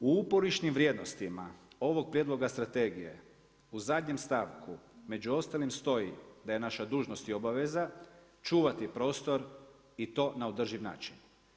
U uporišnim vrijednostima ovog prijedloga strategije, u zadnje stavku, među ostalim stoji da je naša dužnost i obaveza čuvati prostor i to na održiv način.